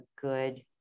good